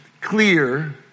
clear